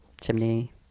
Chimney